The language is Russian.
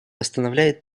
постановляет